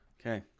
Okay